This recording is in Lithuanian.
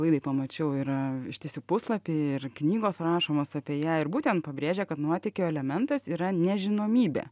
laidai pamačiau yra ištisi puslapiai ir knygos rašomos apie ją ir būtent pabrėžia kad nuotykio elementas yra nežinomybė